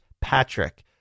Patrick